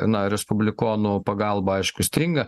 na respublikonų pagalba aišku stringa